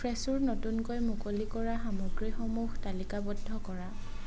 ফ্ৰেছোৰ নতুনকৈ মুকলি কৰা সামগ্ৰীসমূহ তালিকাবদ্ধ কৰা